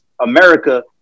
America